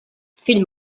fill